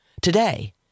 Today